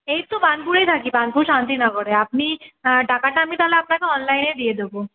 এই তো বার্ণপুরেই থাকি বার্ণপুর শান্তি নগরে আপনি টাকাটা আমি তাহলে আপনাকে অনলাইনে দিয়ে দেবো